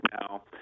now